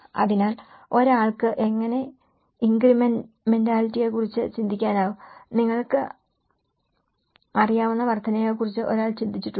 അതിനാൽ ഒരാൾക്ക് എങ്ങനെ ഇൻക്രിമെന്റാലിറ്റിയെക്കുറിച്ച് ചിന്തിക്കാനാകും നിങ്ങൾക്ക് അറിയാവുന്ന വർദ്ധനവിനെക്കുറിച്ച് ഒരാൾ ചിന്തിച്ചിട്ടില്ല